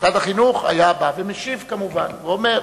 משרד החינוך היה בא ומשיב, כמובן, ואומר: